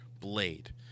Blade